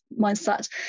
mindset